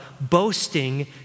boasting